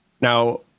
now